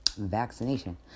vaccination